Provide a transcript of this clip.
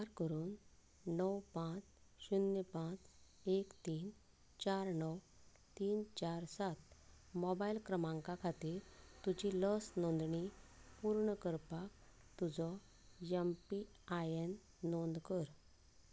उपकार करून णव पांच शुन्य पांच एक तीन चार णव तीन चार सात मोबायल क्रमांका खातीर तुजी लस नोंदणी पूर्ण करपाक तुजो एमपीआयएन नोंद कर